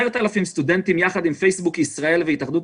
אנחנו יודעים למצב 10,000 סטודנטים יחד עם פייסבוק ישראל והתאחדות